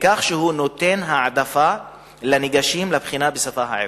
בכך שהוא נותן העדפה לניגשים לבחינה בשפה העברית.